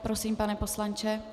Prosím, pane poslanče.